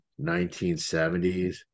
1970s